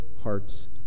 hearts